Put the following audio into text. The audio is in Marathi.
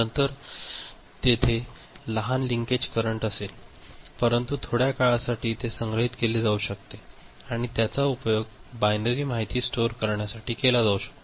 नक्कीच तेथे लहान लिकेज करंट असेल परंतु थोड्या काळासाठी ते संग्रहित केले जाऊ शकते आणि त्याचा उपयोग बायनरी माहिती स्टोर करण्यासाठी केला जाऊ शकतो